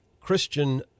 Christian